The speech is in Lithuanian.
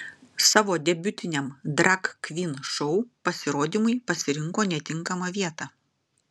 savo debiutiniam drag kvyn šou pasirodymui pasirinko netinkamą vietą